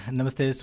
Namaste